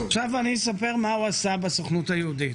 אספר מה הוא עשה בסוכנות היהודית.